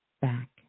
back